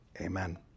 Amen